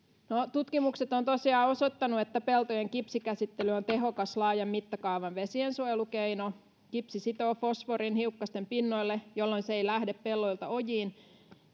tutkimukset ovat tosiaan osoittaneet että peltojen kipsikäsittely on tehokas laajan mittakaavan vesiensuojelukeino kipsi sitoo fosforin hiukkasten pinnoille jolloin se ei lähde pelloilta ojiin